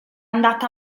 andata